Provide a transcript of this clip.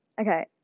okay